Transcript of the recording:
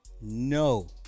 No